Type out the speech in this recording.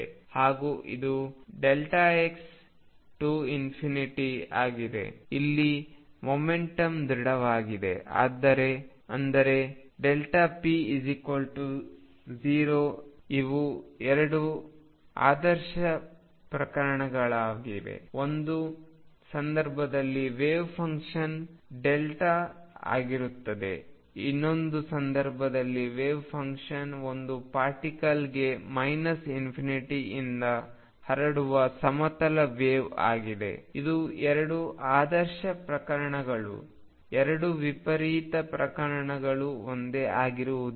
ಹಾಗೂ ಇದು x→∞ ಆಗಿದೆ ಇಲ್ಲಿ ಮೊಮೆಂಟಮ್ ದೃಢವಾಗಿದೆ ಅಂದರೆ p0 ಇವು ಎರಡು ಆದರ್ಶ ಪ್ರಕರಣಗಳಾಗಿವೆ ಒಂದು ಸಂದರ್ಭದಲ್ಲಿ ವೆವ್ಫಂಕ್ಷನ್ δ ಆಗಿರುತ್ತದೆ ಇನ್ನೊಂದು ಸಂದರ್ಭದಲ್ಲಿ ವೆವ್ಫಂಕ್ಷನ್ ಒಂದು ಪಾರ್ಟಿಕಲ್ಗೆ ∞ ಇಂದ ಹರಡುವ ಸಮತಲ ವೆವ್ ಆಗಿದೆ ಇದು ಎರಡು ಆದರ್ಶ ಪ್ರಕರಣಗಳು 2 ವಿಪರೀತ ಪ್ರಕರಣಗಳು ಒಂದೇ ಆಗಿರುವುದಿಲ್ಲ